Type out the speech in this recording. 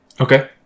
Okay